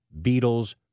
Beatles